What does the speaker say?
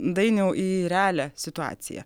dainiau į realią situaciją